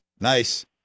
nice